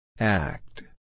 Act